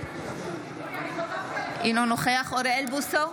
אינו נוכח אוריאל בוסו,